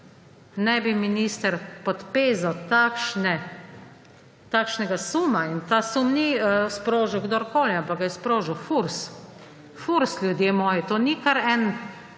naj bi minister pod pezo takšnega suma – in tega suma ni sprožil kdorkoli, ampak ga je sprožil Furs. Furs, ljudje moji! Ni kar en